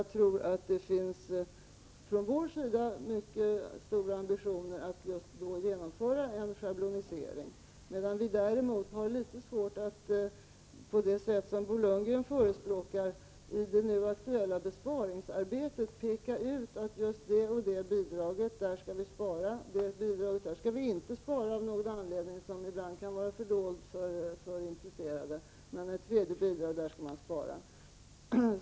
Vi har för vår del mycket stora ambitioner att genomföra en schablonisering, medan vi däremot har litet svårt att på det sätt som Bo Lundgren förespråkar i det nu aktuella besparingsarbetet peka ut att när det gäller ett bidrag skall vi spara, när det gäller ett annat bidrag skall vi inte spara — anledningen kan ibland vara fördold för intresserade — men när det gäller ett tredje bidrag skall man återigen spara.